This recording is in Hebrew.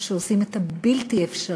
שעושים את הבלתי-אפשרי.